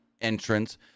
entrance